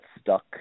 stuck